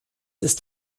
ist